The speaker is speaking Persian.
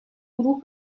گروه